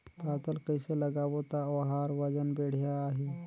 पातल कइसे लगाबो ता ओहार वजन बेडिया आही?